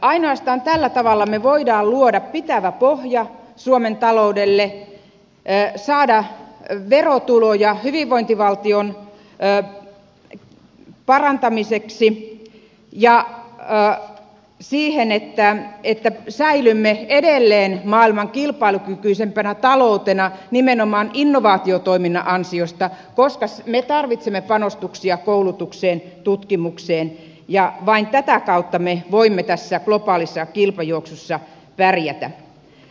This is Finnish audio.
ainoastaan tällä tavalla me voimme luoda pitävän pohjan suomen taloudelle ja saada verotuloja hyvinvointivaltion parantamiseksi ja siihen että säilymme edelleen maailman kilpailukykyisimpänä taloutena nimenomaan innovaatiotoiminnan ansiosta koska me tarvitsemme panostuksia koulutukseen tutkimukseen ja vain tätä kautta me voimme tässä globaalissa kilpajuoksussa pärjätä